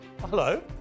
Hello